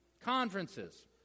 Conferences